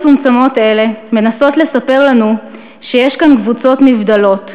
קבוצות מצומצמות אלה מנסות לספר לנו שיש כאן קבוצות נבדלות,